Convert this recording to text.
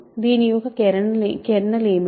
దీని యొక్క కెర్నల్ ఏమిటి